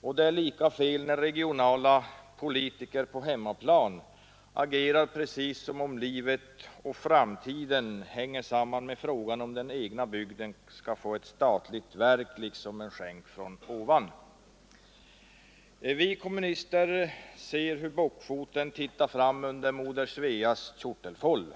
och det är lika fel när regionala politiker på hemmaplan agerar precis som om livet och framtiden hänger samman med frågan om den egna bygden kan få ett statligt verk — liksom en skänk från ovan. Vi kommunister ser hur bockfoten tittar fram under moder Sveas kjortelfåll.